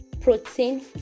protein